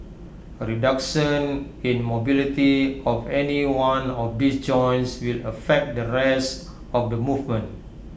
A reduction in mobility of any one of these joints will affect the rest of the movement